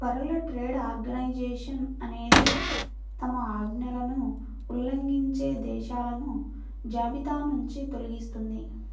world trade organisation అనేది తమ ఆజ్ఞలను ఉల్లంఘించే దేశాలను జాబితానుంచి తొలగిస్తుంది